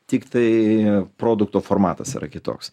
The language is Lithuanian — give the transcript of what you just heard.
tiktai produkto formatas yra kitoks